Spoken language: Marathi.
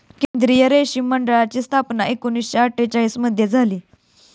केंद्रीय रेशीम मंडळाची स्थापना एकूणशे अट्ठेचालिश मध्ये झाली